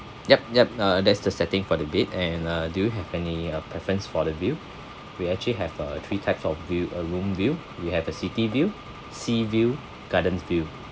yup yup uh that's the setting for the bed and uh do you have any uh preference for the view we actually have uh three types of view uh room view we have a city view sea view gardens view